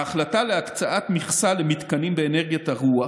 ההחלטה להקצאת מכסה למתקנים באנרגיית הרוח